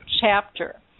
chapter